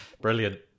brilliant